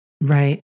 Right